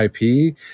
IP